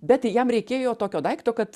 bet jam reikėjo tokio daikto kad